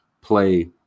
play